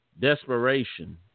Desperation